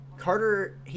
Carter